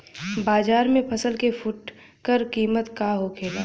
बाजार में फसल के फुटकर कीमत का होखेला?